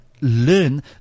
learn